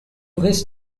his